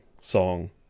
song